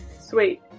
Sweet